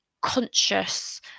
conscious